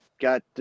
got